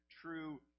true